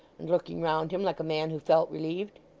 and looking round him like a man who felt relieved.